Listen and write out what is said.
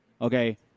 Okay